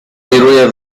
wiruje